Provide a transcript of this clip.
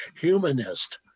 humanist